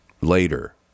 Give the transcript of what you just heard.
later